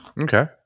Okay